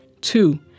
Two